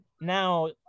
now